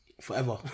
forever